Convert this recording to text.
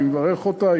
אני מברך אותה,